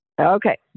Okay